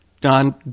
Don